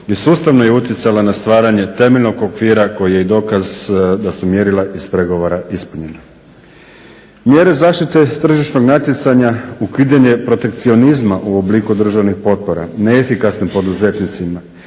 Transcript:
i sustavno je utjecala na stvaranje temeljnog okvira koji je i dokaz da su mjerila iz pregovora ispunjena. Mjere zaštite tržišnog natjecanja, ukidanje protekcionizma u obliku državnih potpora neefikasnim poduzetnicima